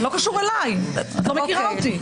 זה לא קשור אליי, את לא מכירה אותי.